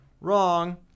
wrong